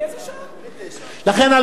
לכן,